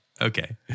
Okay